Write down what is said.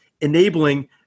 enabling